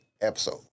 episode